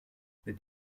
mit